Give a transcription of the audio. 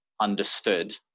understood